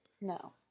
no